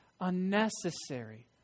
unnecessary